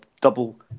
double